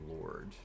Lord